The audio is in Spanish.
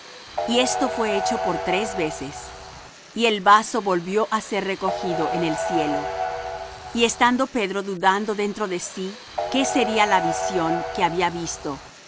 y esto fué hecho por tres veces y el vaso volvió á ser recogido en el cielo y estando pedro dudando dentro de sí qué sería la visión que había visto